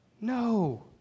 No